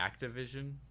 Activision